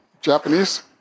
Japanese